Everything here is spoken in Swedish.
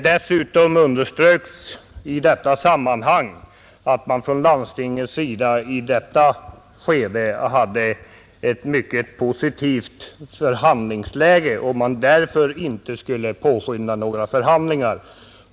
Dessutom underströks i sammanhanget att landstingen i detta skede hade ett mycket positivt förhandlingsläge och att man därför inte skulle påskynda några förhandlingar.